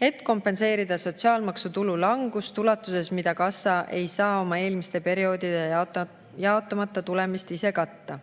et kompenseerida sotsiaalmaksu tulu langust ulatuses, mida kassa ei saa oma eelmiste perioodide jaotamata tulemist ise katta.